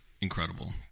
incredible